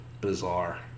bizarre